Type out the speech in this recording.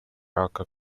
рака